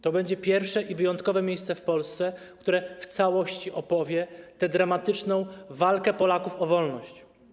To będzie pierwsze i wyjątkowe miejsce w Polsce, które w całości opowie tę dramatyczną walkę Polaków o wolność.